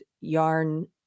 yarn